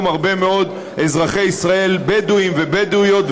הרבה מאוד אזרחי ישראל בדואים ובדואיות,